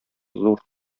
зур